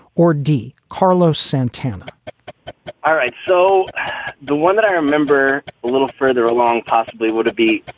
or d carlos santana all right. so the one that i remember a little further along, possibly. would it be?